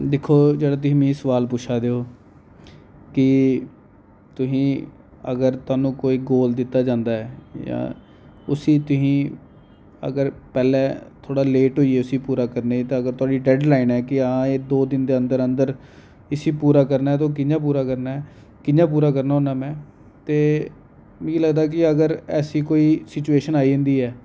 दिक्खो जेह्ड़ा तुस मिगी सुआल पुच्छा दे ओ कि तुसें अगर तुहानूं कोई गोल दित्ता जंदा ऐ जां उसी तुसी अगर पहले थोह्ड़ा लेट होई गे उसी पूरा करने च ते थुआढ़ी डैडलाइन ऐ दो दिन च इसी पूरा करना ऐ ते कि'यां करना है कि'यां पूरा करना होन्ना में ते मी लगदा जे अगर ऐसी कोई सिचुएशन आई जंदी ऐ